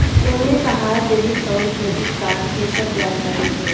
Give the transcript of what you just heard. एमे तहार डेबिट अउर क्रेडित कार्ड के सब जानकारी होला